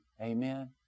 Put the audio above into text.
Amen